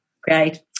Great